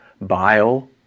bile